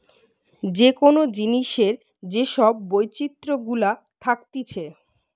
যে কোন জিনিসের যে সব বৈচিত্র গুলা থাকতিছে